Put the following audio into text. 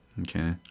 Okay